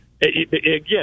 again